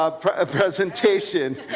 presentation